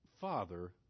Father